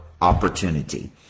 opportunity